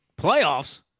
playoffs